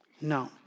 no